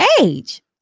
age